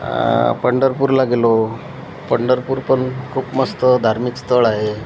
पंढरपूरला गेलो पंढरपूर पण खूप मस्त धार्मिक स्थळ आहे